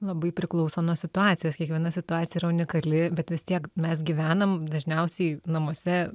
labai priklauso nuo situacijos kiekviena situacija yra unikali bet vis tiek mes gyvenam dažniausiai namuose